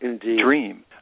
dream